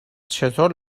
چطور